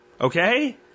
okay